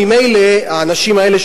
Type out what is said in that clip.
ממילא האנשים האלה,